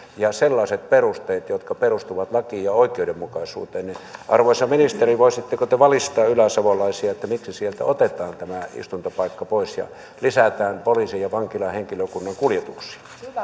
ja sellaiset perusteet jotka perustuvat lakiin ja oikeudenmukaisuuteen arvoisa ministeri voisitteko te valistaa yläsavolaisia miksi sieltä otetaan tämä istuntopaikka pois ja lisätään poliisin ja vankilahenkilökunnan kuljetuksia